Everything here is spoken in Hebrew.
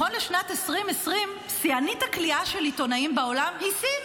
נכון לשנת 2020 שיאנית הכליאה של עיתונאים בעולם היא סין,